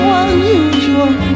unusual